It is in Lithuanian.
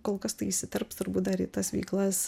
kol kas tai įsiterps turbūt dar į tas veiklas